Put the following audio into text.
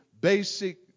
basic